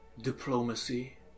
diplomacy